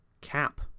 Cap